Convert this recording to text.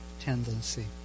tendency